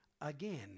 again